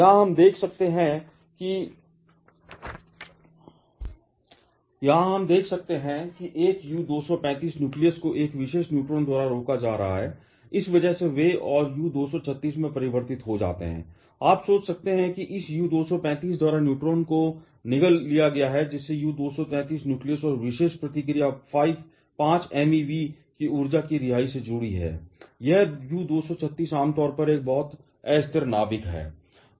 यहां हम देख सकते हैं कि एक U 235 न्यूक्लियस को 1 विशेष न्यूट्रॉन द्वारा रोका जा रहा है इस वजह से वे और U 236 में परिवर्तित हो जाते हैं आप सोच सकते हैं कि इस U 235 द्वारा न्यूट्रॉन को निगल लिया गया है जिससे U 233 न्यूक्लियस और विशेष प्रतिक्रिया 5 MeV की ऊर्जा की रिहाई से जुड़ी है यह U 236 आमतौर पर एक बहुत ही अस्थिर नाभिक है